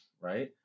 right